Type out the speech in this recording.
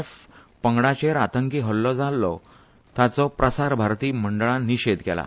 एफ पंगडाचेर आतंकी हल्लो जालो ताचो प्रसार भारती मंडळान निशेध केला